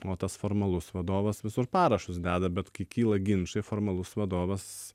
o tas formalus vadovas visur parašus deda bet kai kyla ginčai formalus vadovas